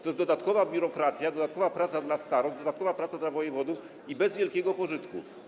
To jest dodatkowa biurokracja, dodatkowa praca dla starostw, dodatkowa praca dla wojewodów, bez wielkiego pożytku.